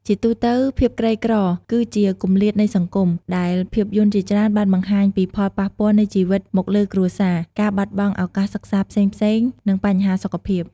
ជាទូទៅភាពក្រីក្រ គឺជាគម្លាតនៃសង្គម ដែលភាពយន្តជាច្រើនបានបង្ហាញពីផលប៉ះពាល់នៃជីវភាពមកលើគ្រួសារ ការបាត់បង់ឱកាសសិក្សាផ្សេងៗ និងបញ្ហាសុខភាព ។